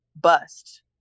bust